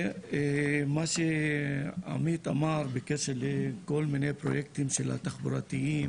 מה שעמית אמר בנוגע לכל מיני פרויקטים התחבורתיים,